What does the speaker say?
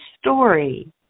story